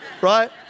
Right